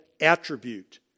attribute